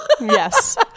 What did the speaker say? Yes